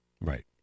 Right